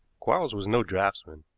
quarles was no draughtsman.